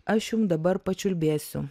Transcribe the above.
aš jum dabar pačiulbėsiu